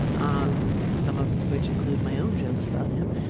um some of which include my own jokes about him.